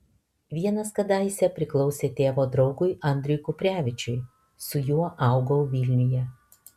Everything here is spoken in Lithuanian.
vienas kadaise priklausė tėvo draugui andriui kuprevičiui su juo augau vilniuje